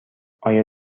آیا